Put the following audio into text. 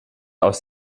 aus